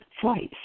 flights